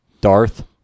Darth